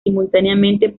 simultáneamente